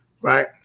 right